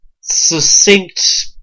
succinct